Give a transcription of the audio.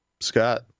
Scott